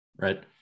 right